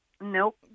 Nope